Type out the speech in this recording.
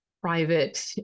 private